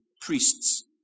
Priests